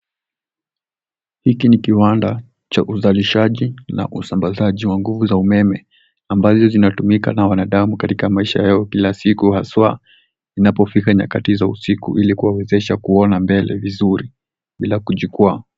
Hiki ni kiwanda cha uzalishaji na usambazaji wa nguvu za umeme ambazo zinatumika na wanadamu katika maisha yao kila siku haswa inapofika nyakati za usiku ili kuwawezesha kuona mbele vizuri bila kujikwaa.